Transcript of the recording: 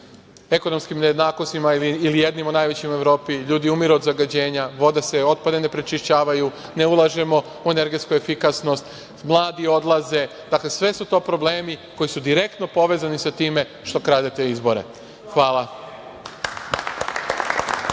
ekonomskim nejednakostima ili jednim od najvećih u Evropi. Ljudi umiru od zagađenja, otpadne vode se ne prečišćavaju, ne ulažemo u energetsku efikasnost, mladi odlaze. Dakle, sve su to problemi koji su direktno povezani sa time što kradete izbore. Hvala.